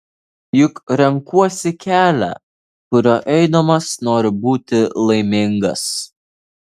juk renkuosi kelią kuriuo eidamas noriu būti laimingas